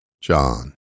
John